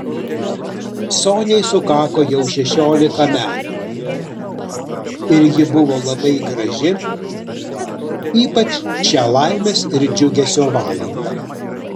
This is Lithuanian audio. soniai sukako jau šešiolika metų ir ji buvo labai graži ypač šią laimės ir džiugesio valandą